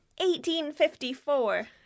1854